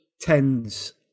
tens